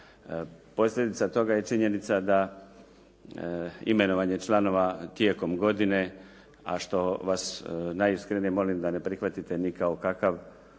Posljedica je toga je činjenica da imenovanje članova tijekom godine, a što vas najiskrenije molim da ne prihvatite ni kao kakav